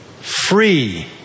free